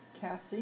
Cassie